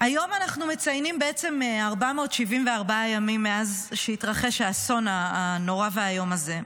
היום אנחנו מציינים בעצם 474 ימים מאז שהתרחש האסון האיום והנורא הזה.